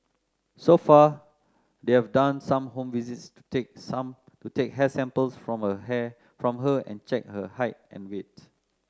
so far they've done some home visits to take some to take hair samples from here from her and check her height and weight